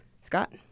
Scott